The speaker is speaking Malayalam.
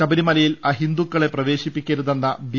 ശബരിമലയിൽ അഹിന്ദുക്കളെ പ്രവേശിപ്പിക്കരു തെന്ന ബി